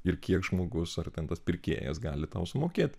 ir kiek žmogus ar ten tas pirkėjas gali tau sumokėti